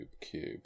cube